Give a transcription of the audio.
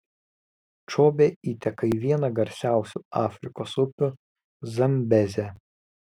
čobė įteka į vieną garsiausių afrikos upių zambezę